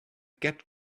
get